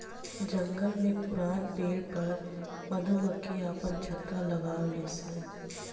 जंगल में पुरान पेड़ पर मधुमक्खी आपन छत्ता लगावे लिसन